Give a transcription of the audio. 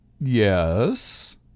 Yes